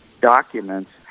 documents